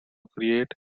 create